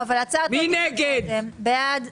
מי בעד